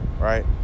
Right